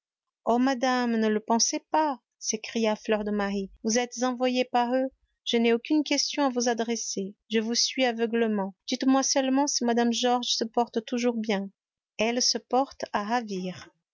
oh madame ne le pensez pas s'écria fleur de marie vous êtes envoyée par eux je n'ai aucune question à vous adresser je vous suis aveuglément dites-moi seulement si mme georges se porte toujours bien elle se porte à ravir